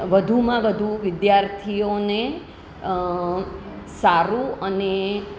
વધુમાં વધુ વિદ્યાર્થીઓને સારું અને